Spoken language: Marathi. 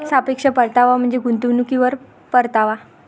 सापेक्ष परतावा म्हणजे गुंतवणुकीवर परतावा